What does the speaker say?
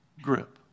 grip